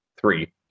three